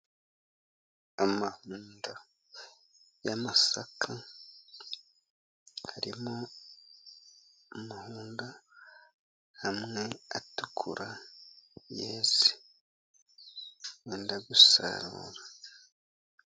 Amahundo y'amasaka, harimo amahundo amwe atukura yeze benda gusarura.